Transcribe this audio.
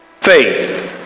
Faith